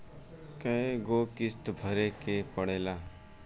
कय गो किस्त भरे के पड़ेला?